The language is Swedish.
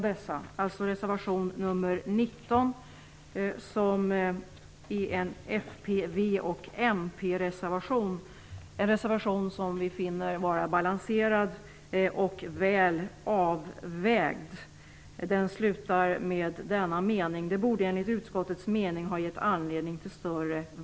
Detta är något som jag verkligen tycker att man kan instämma i. Detta är de reservationer vi stöder, och vi biträder yrkandena i de delarna. Propositioner ställdes först beträffande envar av de frågor som berördes i de reservationer som fogats till betänkandet och därefter i ett sammanhang på övriga upptagna frågor.